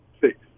Six